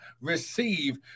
receive